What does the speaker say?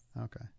okay